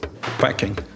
packing